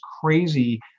crazy